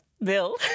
Bill